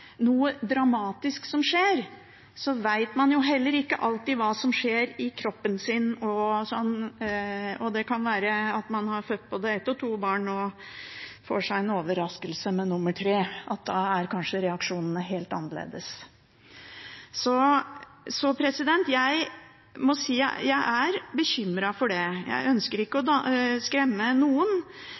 heller ikke alltid hva som skjer i kroppen. Det kan være at man har født både ett og to barn og får seg en overraskelse med nummer tre. Da er kanskje reaksjonene helt annerledes. Jeg må si jeg er bekymret for det. Jeg ønsker ikke å skremme noen,